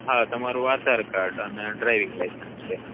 હા તમારું આધાર કાર્ડ અને ડ્રાઈવિંગ લાઈસન્સ બે